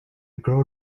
girl